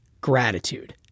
gratitude